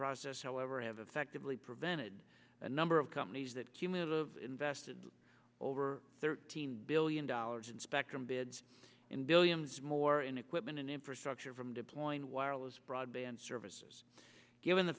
process however have effectively prevented a number of companies that cumulative invested over thirteen billion dollars in spectrum bids and billions more in equipment and infrastructure from deploying wireless broadband services given the